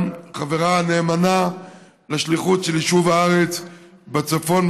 גם חברה נאמנה לשליחות של יישוב הארץ בצפון,